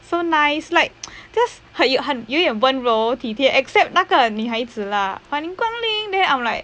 so nice like just 很有很有点温柔体贴 except 那个女孩子啦欢迎光临 then I'm like